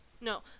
no